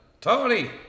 Tony